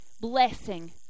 blessing